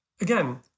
again